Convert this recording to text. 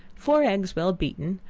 four eggs well beaten,